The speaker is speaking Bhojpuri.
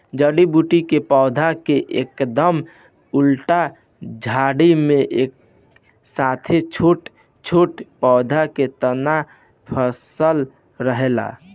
जड़ी बूटी के पौधा के एकदम उल्टा झाड़ी में एक साथे छोट छोट पौधा के तना फसल रहेला